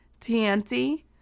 Tianti